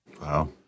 Wow